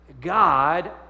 God